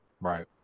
Right